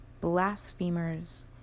blasphemers